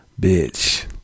bitch